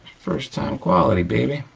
first time quality, baby.